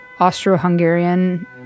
Austro-Hungarian